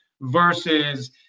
versus